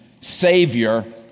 Savior